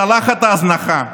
צלחת ההזנחה.